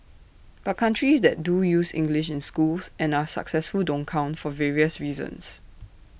but countries that do use English in schools and are successful don't count for various reasons